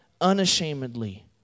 unashamedly